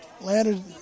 Landed